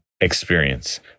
experience